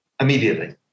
immediately